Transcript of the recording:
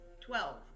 Twelve